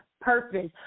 purpose